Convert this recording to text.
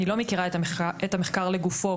אני לא מכירה את המחקר לגופו,